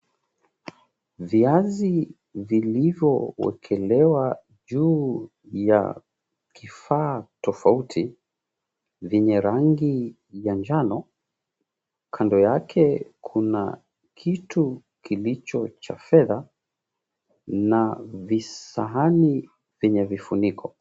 Viazi vilivyowekelewa juu ya kifaa tofauti venye rangi ya njano, kando yake kuna kitu kilicho cha fedha na visahani vyenye vifuniko.